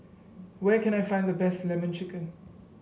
where can I find the best lemon chicken